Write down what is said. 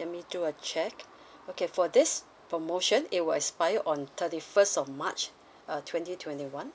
let me do a check okay for this promotion it will expire on thirty first of march uh twenty twenty one